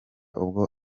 ubwo